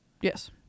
Yes